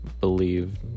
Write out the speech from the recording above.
believe